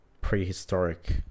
prehistoric